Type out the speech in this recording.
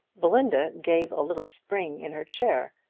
belinda gave a little spring in her chair,